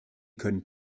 können